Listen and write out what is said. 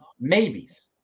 maybes